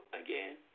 again